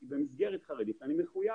כי במסגרת חרדית אני מחויב